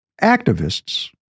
activists